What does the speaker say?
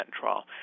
trial